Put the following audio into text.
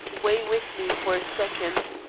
weigh with me for a second.